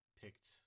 picked